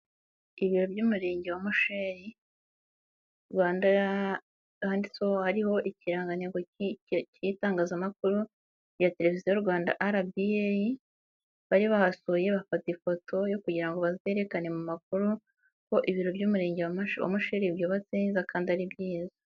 Ibiro by'umurenge wa Musheri handitseho hariho ikirangantego k'itangazamakuru rya tereviziyo y'u Rwanda rba bari bahasuye bafata ifoto yo kugira ngo bazerekane mu makuru ko ibiro by'umurenge wa Musheri byubatse neza kandi ari byiza.